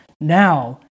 Now